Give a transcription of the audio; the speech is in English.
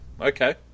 okay